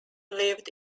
lived